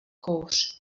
kouř